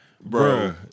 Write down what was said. Bro